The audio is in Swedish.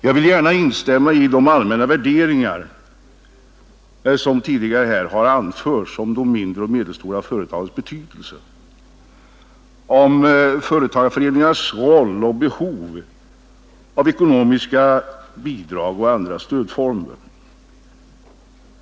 Jag vill gärna instämma i de allmänna värderingar som tidigare här anförts om de mindre och medelstora företagens betydelse, om företagarföreningarnas roll och behovet av ekonomiska bidrag och andra stödformer.